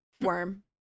worm